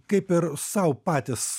kaip ir sau patys